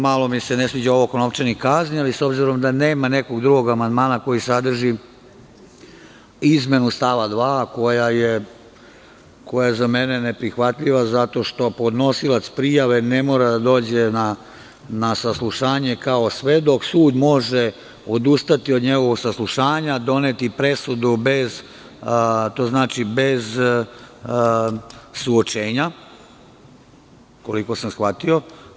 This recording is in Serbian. Malo mi se ne sviđa ovo oko novčanih kazni, ali s obzirom da nema nekog drugog amandmana koji sadrži izmenu stava 2. koja je za mene neprihvatljiva zato što podnosilac prijave ne mora da dođe na saslušanje kao svedok, sud može odustati od njegovog saslušanja, doneti presudu suočenja, koliko sam shvatio.